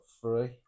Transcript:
three